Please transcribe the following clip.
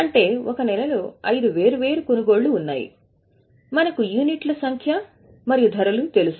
అంటే ఒక నెలలో ఐదు వేర్వేరు కొనుగోళ్లు ఉన్నాయి మరియు మనకు యూనిట్లు సంఖ్య మరియు ధరలు తెలుసు